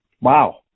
Wow